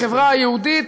לחברה היהודית,